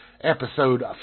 episode